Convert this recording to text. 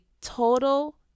total